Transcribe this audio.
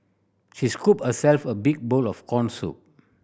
she scooped herself a big bowl of corn soup